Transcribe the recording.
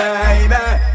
Baby